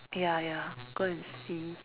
ya ya go and see